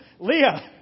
Leah